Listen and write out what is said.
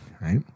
right